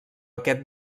aquest